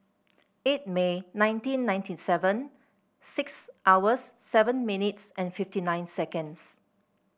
eight May nineteen ninety seven six hours seven minutes and fifty nine seconds